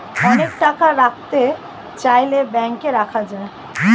অনেক টাকা রাখতে চাইলে ব্যাংকে রাখা যায়